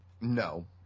No